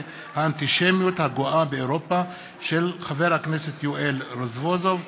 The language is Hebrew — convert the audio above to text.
בהצעתו של חבר הכנסת יואל רזבוזוב בנושא: